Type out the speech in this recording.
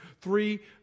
Three